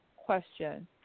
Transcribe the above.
question